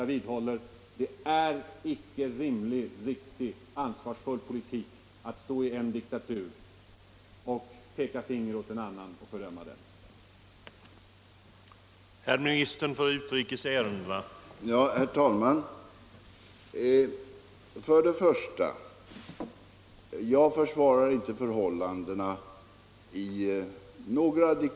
Jag vidhåller: det är icke någon rimlig, riktig, ansvarsfull politik att stå i en diktatur och peka finger åt och fördöma en annan.